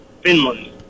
Finland